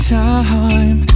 time